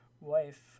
wife